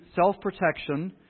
self-protection